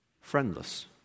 friendless